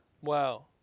Wow